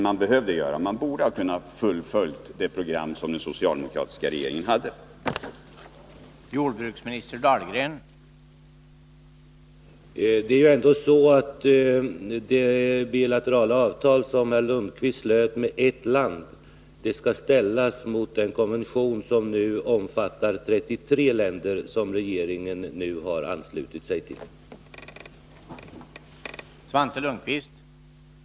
Man borde ha kunnat fullfölja det program som den socialdemokratiska regeringen hade utarbetat.